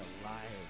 alive